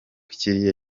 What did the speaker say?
kiriya